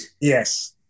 Yes